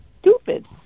stupid